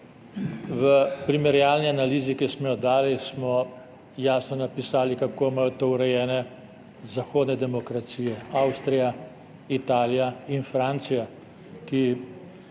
v primerjalni analizi, ki smo jo dali, smo jasno napisali, kako imajo to urejeno zahodne demokracije, Avstrija, Italija in Francija, ki